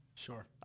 Sure